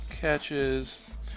catches